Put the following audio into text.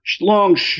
long